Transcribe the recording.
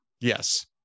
yes